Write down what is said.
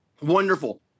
wonderful